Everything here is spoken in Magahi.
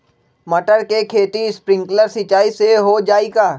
मटर के खेती स्प्रिंकलर सिंचाई से हो जाई का?